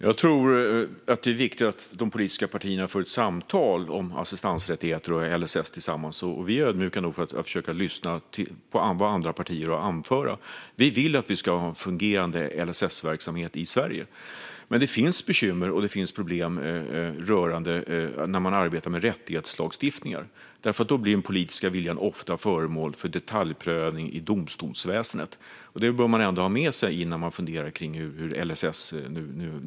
Fru talman! Jag tror att det är viktigt att de politiska partierna för ett samtal om assistansrättigheter och LSS. Vi är ödmjuka nog att försöka lyssna på vad andra partier har att anföra. Vi vill att Sverige ska ha en fungerande LSS-verksamhet. Men det finns bekymmer och problem när man arbetar med rättighetslagstiftning, för då blir den politiska viljan ofta föremål för detaljprövning i domstolsväsendet. Det bör man ha med sig när man funderar kring LSS.